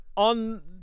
On